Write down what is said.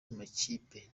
y’amakipe